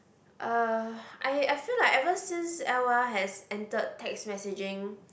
uh I I feel like ever since L_O_L has entered text messaging